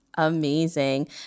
Amazing